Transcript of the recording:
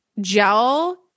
gel